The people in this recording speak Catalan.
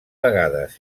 vegades